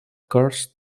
course